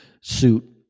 suit